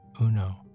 uno